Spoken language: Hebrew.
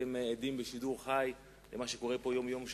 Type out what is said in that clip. הייתם עדים בשידור חי למה שקורה פה יום-יום,